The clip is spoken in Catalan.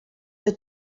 que